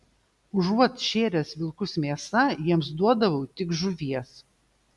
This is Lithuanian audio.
užuot šėręs vilkus mėsa jiems duodavau tik žuvies